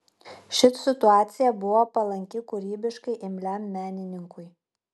ši situacija buvo palanki kūrybiškai imliam menininkui